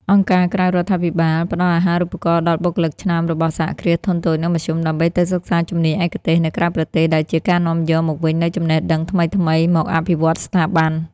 អង្គការក្រៅរដ្ឋាភិបាលផ្ដល់អាហារូបករណ៍ដល់បុគ្គលិកឆ្នើមរបស់ សហគ្រាសធុនតូច និងមធ្យម ដើម្បីទៅសិក្សាជំនាញឯកទេសនៅក្រៅប្រទេស ដែលជាការនាំយកមកវិញនូវចំណេះដឹងថ្មីៗមកអភិវឌ្ឍស្ថាប័ន។